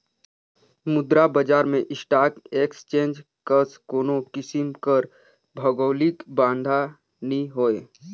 मुद्रा बजार में स्टाक एक्सचेंज कस कोनो किसिम कर भौगौलिक बांधा नी होए